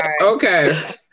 Okay